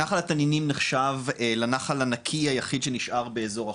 נחל תנינים נחשב לנחל הנקי היחיד שנשאר באזור החוף.